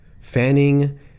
Fanning